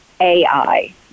AI